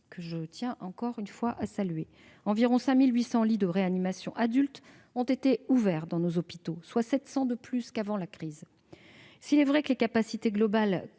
saluer une nouvelle fois -, environ 5 800 lits de réanimation pour les adultes ont été ouverts dans nos hôpitaux, soit 700 de plus qu'avant la crise. S'il est vrai que les capacités globales